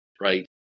right